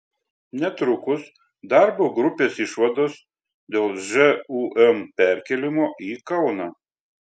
netrukus darbo grupės išvados dėl žūm perkėlimo į kauną